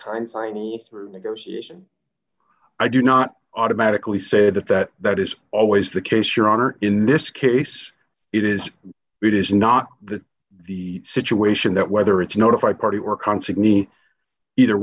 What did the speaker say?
kind signy d through negotiation i do not automatically said that that that is always the case your honor in this case it is it is not the the situation that whether it's notify party or concert me either